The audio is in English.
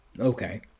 Okay